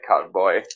cowboy